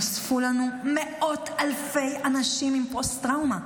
נוספו לנו מאות אלפי אנשים עם פוסט-טראומה,